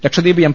Lakshadweep M